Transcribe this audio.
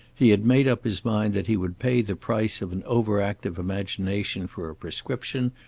he had made up his mind that he would pay the price of an overactive imagination for a prescription,